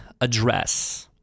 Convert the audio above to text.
address